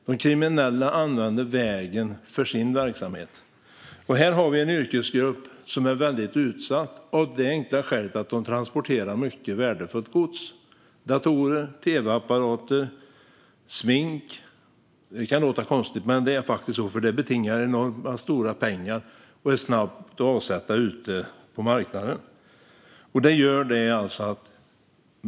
De kriminella använder vägen för sin verksamhet. Här har vi en yrkesgrupp som är väldigt utsatt av det enkla skälet att de transporterar mycket värdefullt gods: datorer, tv-apparater och även smink. Det kan låta konstigt, men det är faktiskt så eftersom smink betingar enormt stora pengar och går att snabbt avsätta ute på marknaden.